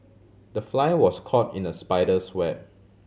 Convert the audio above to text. the fly was caught in the spider's web